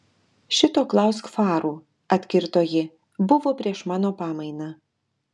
šito klausk farų atkirto ji buvo prieš mano pamainą